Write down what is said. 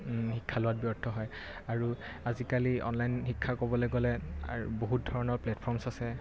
শিক্ষা লোৱাত ব্যৰ্থ হয় আৰু আজিকালি অনলাইন শিক্ষা ক'বলৈ গ'লে বহুত ধৰণৰ প্লেটফৰ্মছ আছে